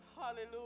Hallelujah